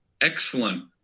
excellent